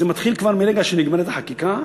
זה מתחיל כבר מרגע שנגמרת החקיקה,